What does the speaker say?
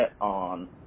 on